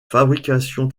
fabrication